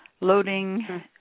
loading